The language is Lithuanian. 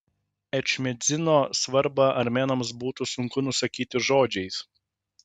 ečmiadzino svarbą armėnams būtų sunku nusakyti žodžiais